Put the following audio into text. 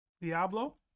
Diablo